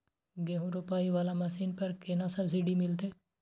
गेहूं रोपाई वाला मशीन पर केतना सब्सिडी मिलते?